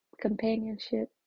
companionship